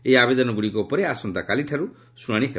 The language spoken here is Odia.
ଏହି ଆବେଦନଗୁଡ଼ିକ ଉପରେ ଆସନ୍ତାକାଲିଠାରୁ ଶୁଣାଶି ହେବ